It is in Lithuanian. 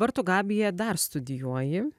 kur tu gabija dar studijuoji